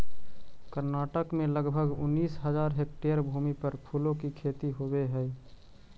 कर्नाटक में लगभग उनीस हज़ार हेक्टेयर भूमि पर फूलों की खेती होवे हई